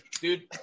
dude